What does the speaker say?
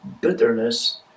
bitterness